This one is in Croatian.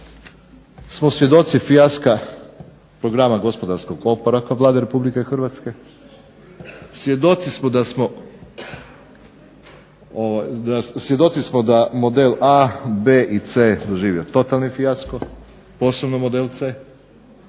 smo svjedoci fijaska programa gospodarskog oporavka Vlade RH, svjedoci smo da model A,B i C doživio totalni fijasko posebno model C.